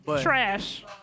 Trash